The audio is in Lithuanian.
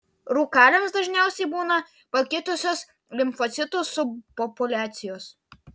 rūkaliams dažniausiai būna pakitusios limfocitų subpopuliacijos